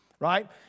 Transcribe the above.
right